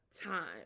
time